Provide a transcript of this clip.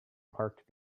parked